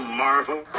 marvel